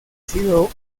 sido